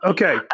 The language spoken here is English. Okay